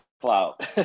clout